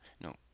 No